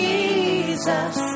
Jesus